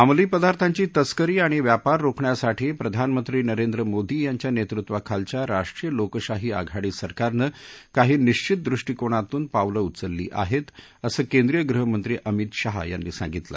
अंमली पदार्थाची तस्करी आणि व्यापार रोखण्यासाठी प्रधानमंत्री नरेंद्र मोदी यांच्या नेतृत्वाखालच्या राष्ट्रीय लोकशाही आघाडी सरकारनं काही निश्चित दृष्टीकोनातून पावलं उचलली आहेत असं केंद्रीय गृहमंत्री अमित शहा यांनी सांगितलं